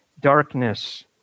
darkness